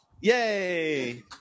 yay